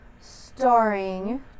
starring